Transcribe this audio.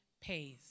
pays